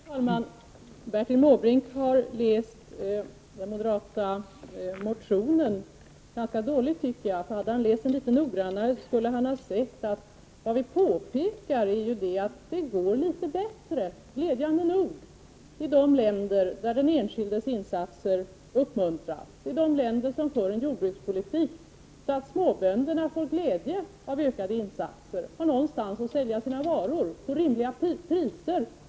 Fru talman! Bertil Måbrink har läst den moderata motionen ganska dåligt. Om han hade läst den litet noggrannare skulle han ha sett att vad vi påpekar är att det går litet bättre, glädjande nog, i de länder där den enskildes insatser uppmuntras, där man för en jordbrukspolitik som leder till att småbönderna får glädje av ökade insatser och där de får de varor de producerar sålda till rimliga priser.